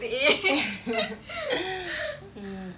mm